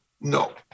No